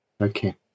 okay